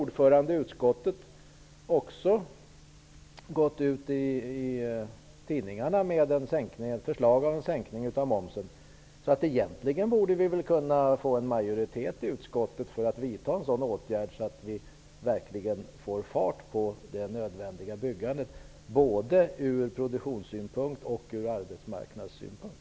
Ordföranden i utskottet har också gått ut i tidningarna med ett förslag om en sänkning av momsen. Egentligen borde vi få en majoritet i utskottet för att vidta en sådan åtgärd så att det verkligen blir fart på det nödvändiga byggandet -- både ur produktions och arbetsmarknadssynpunkt.